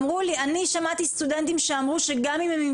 אני שמעתי סטודנטים שאמרו שגם אם הם עם